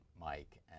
Mike